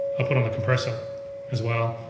i'll put on a compressor as well.